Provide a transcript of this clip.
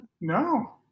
No